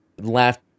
left